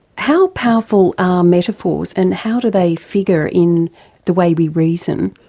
how powerful are metaphors and how do they figure in the way we reason?